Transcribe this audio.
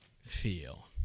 feel